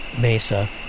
mesa